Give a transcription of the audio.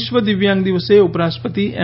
વિશ્વ દિવ્યાંગ દિવસે ઉપરાષ્ટ્રપતિ એમ